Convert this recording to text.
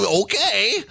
okay